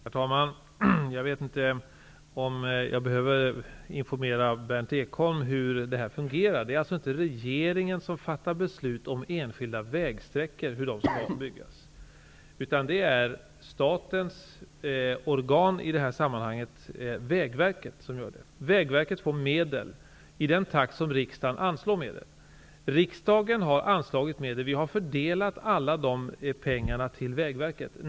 Herr talman! Jag behöver kanske inte informera Berndt Ekholm om hur det här fungerar. Det är alltså inte regeringen som fattar beslut om hur enskilda vägsträckor skall byggas, utan det är statens organ -- i det här sammanhanget Vägverket -- som gör det. Vägverket får medel i den takt som riksdagen anslår sådana. Riksdagen har också anslagit medel, och alla de pengarna har fördelats till Vägverket.